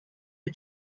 you